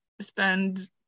spend